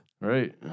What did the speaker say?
Right